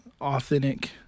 authentic